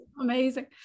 amazing